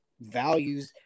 values